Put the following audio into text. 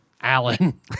Alan